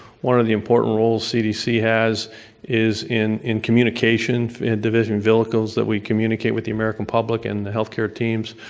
one of the important roles cdc has is in in communication, in division vehicles that we communicate with the american public and the healthcare teams.